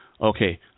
Okay